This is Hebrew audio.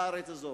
בארץ הזו.